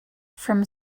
from